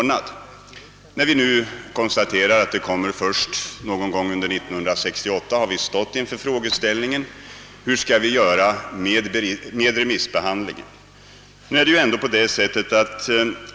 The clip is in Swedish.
När vi nu kan konstatera att betänkandet kommer att framläggas först någon gång under år 1968 ställs vi inför frågeställningen hur vi skall förfara med remissbehandlingen.